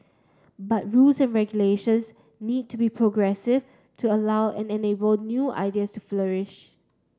but rules and regulations need to be progressive to allow and enable new ideas to flourish